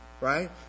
right